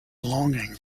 longing